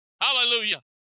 hallelujah